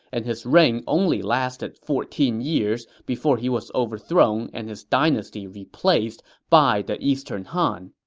and his reign only lasted fourteen years before he was overthrown and his dynasty replaced by the eastern han.